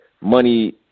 money